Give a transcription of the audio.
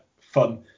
fun